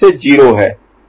अभी भी यह टी 0 है